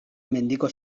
mendiko